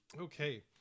Okay